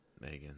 Megan